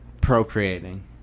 Procreating